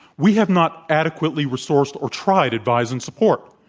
we have not adequately resourced or tried advise and support.